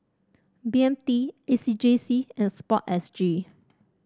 B M T A C J C and sport S G